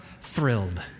thrilled